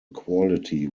quality